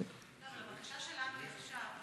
אבל הבקשה שלנו עכשיו היא,